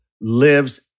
lives